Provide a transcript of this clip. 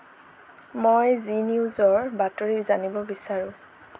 মই জি নিউজৰ বাতৰি জানিব বিচাৰোঁ